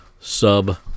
sub